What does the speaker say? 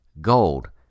gold